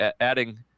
adding